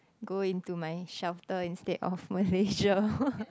go into my shelter instead of Malaysia